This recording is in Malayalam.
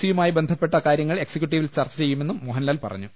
സിയു മായി ബന്ധപ്പെട്ട കാര്യങ്ങൾ എക്സിക്യൂട്ടീവിൽ ചർച്ച ചെയ്യുമെന്നും മോഹൻലാൽ പറഞ്ഞു